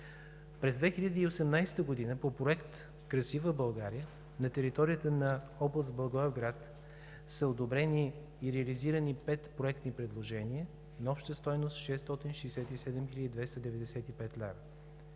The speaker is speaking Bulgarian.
През 2018 г. по Проект „Красива България“ на територията на област Благоевград са одобрени и реализирани пет проектни предложения на обща стойност 667 хил.